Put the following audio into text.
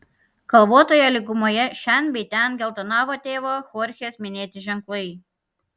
kalvotoje lygumoje šen bei ten geltonavo tėvo chorchės minėti ženklai